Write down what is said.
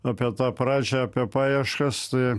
apie tą pradžią apie paieškas tai